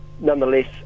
nonetheless